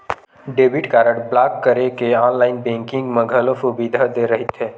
debit card block करे के online banking म घलो सुबिधा दे रहिथे